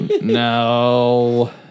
No